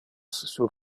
sur